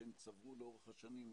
שהם צברו לאורך השנים.